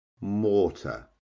mortar